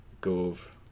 Gove